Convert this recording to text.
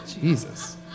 jesus